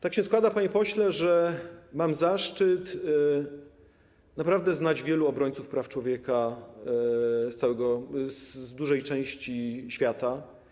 Tak się składa, panie pośle, że mam zaszczyt naprawdę znać wielu obrońców praw człowieka z dużej części świata.